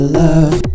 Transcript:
love